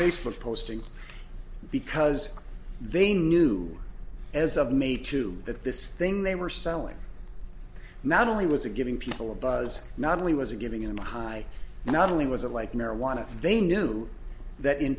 facebook posting because they knew as of may two that this thing they were selling not only was it giving people a buzz not only was it giving him high not only was it like marijuana they knew that in